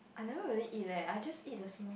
I never really eat leh I just eat the small